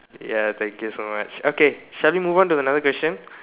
ya thank you so much okay shall we move on to another question